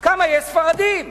כמה ספרדים יש?